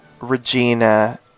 Regina